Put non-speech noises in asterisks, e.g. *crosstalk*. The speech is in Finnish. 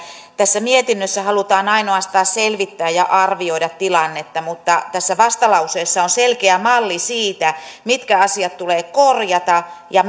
tässä mietinnössä halutaan ainoastaan selvittää ja arvioida tilannetta mutta tässä vastalauseessa on selkeä malli siitä mitkä asiat tulee korjata ja *unintelligible*